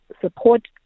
support